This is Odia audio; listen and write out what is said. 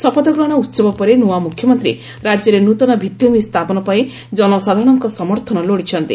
ଶପଥଗ୍ରହଣ ଉତ୍ସବ ପରେ ନୂଆ ମୁଖ୍ୟମନ୍ତ୍ରୀ ରାଜ୍ୟରେ ନୂତନ ଭିଭିଭୂମି ସ୍ଥାପନ ପାଇଁ ଜନସାଧାରଣଙ୍କ ସମର୍ଥନ ଲୋଡିଛନ୍ତି